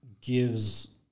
gives